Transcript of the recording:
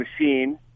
machine